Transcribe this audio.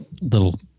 little